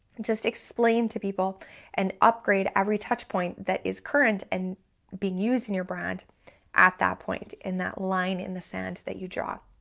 just explain to people and upgrade every touch point that is current and being used in your brand at that point, in that line in the sand that you draw.